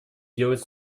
делать